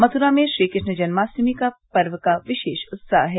मथुरा में श्रीकृष्ण जन्माष्टमी पर्व का विशेष उत्साह है